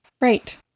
Right